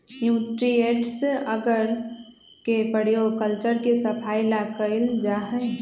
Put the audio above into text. nutrients अगर के प्रयोग कल्चर के सफाई ला कइल जाहई